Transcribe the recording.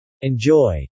Enjoy